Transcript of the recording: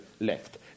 left